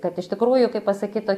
kad iš tikrųjų kaip pasakytų